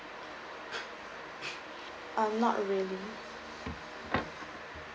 um not really